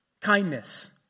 Kindness